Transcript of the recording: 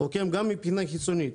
וגם מבחינה חיצונית.